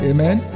Amen